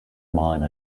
mine